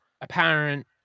apparent